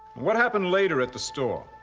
what happened later at the store?